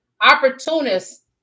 Opportunists